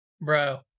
bro